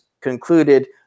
concluded